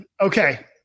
Okay